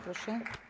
Proszę.